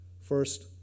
first